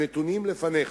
הנתונים לפניך.